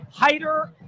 Heider